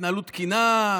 התנהלות תקינה,